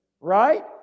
right